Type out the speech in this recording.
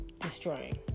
destroying